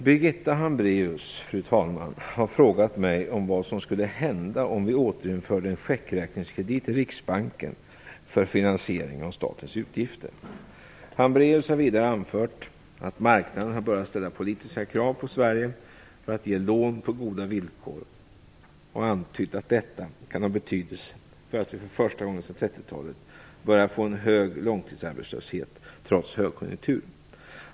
Fru talman! Birgitta Hambraeus har frågat mig om vad som skulle hända om vi återinförde en checkräkningskredit i Riksbanken för finansiering av statens finanser. Birgitta Hambraeus har vidare anfört att marknaden har börjat ställa politiska krav på Sverige för att ge lån på goda villkor och antytt att detta kan ha betydelse för att vi för första gången sedan 1930-talet börjar få en hög långtidsarbetslöshet, trots högkonjunktur.